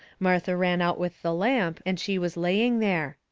martha ran out with the lamp, and she was laying there.